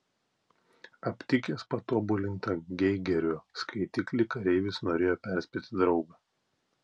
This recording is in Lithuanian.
aptikęs patobulintą geigerio skaitiklį kareivis norėjo perspėti draugą